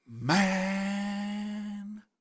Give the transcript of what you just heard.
man